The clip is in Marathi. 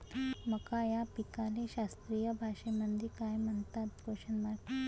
मका या पिकाले शास्त्रीय भाषेमंदी काय म्हणतात?